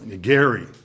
Gary